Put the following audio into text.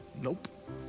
Nope